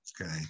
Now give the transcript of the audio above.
okay